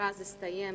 המכרז הסתיים,